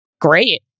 great